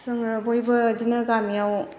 जोङो बयबो बिदिनो गामियाव